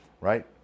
right